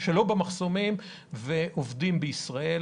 במחסומים ועובדים בישראל.